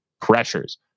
pressures